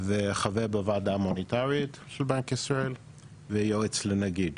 וחבר בוועדה המוניטרית של בנק ישראל ויועץ לנגיד